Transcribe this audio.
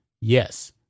Yes